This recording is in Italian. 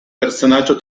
personaggio